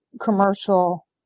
commercial